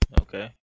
Okay